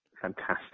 fantastic